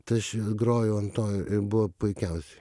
tai aš grojau ant to buvo puikiausiai